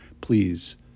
Please